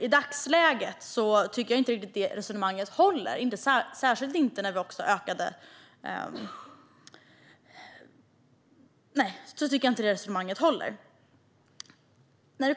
I dagsläget tycker jag dock inte att det resonemanget håller.